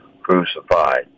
crucified